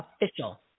official